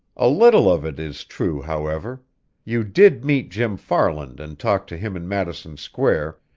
a little of it is true, however you did meet jim farland and talk to him in madison square,